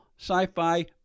sci-fi